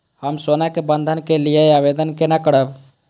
हम सोना के बंधन के लियै आवेदन केना करब?